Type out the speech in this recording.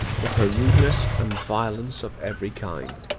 for her rudeness and violence of every kind.